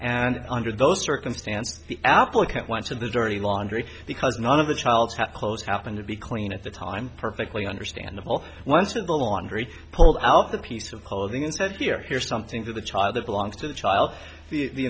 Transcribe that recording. and under those circumstances the applicant went to the dirty laundry because none of the child's had clothes happened to be clean at the time perfectly understandable once in the laundry pulled out the piece of policy and said here here's something for the child that belongs to the child the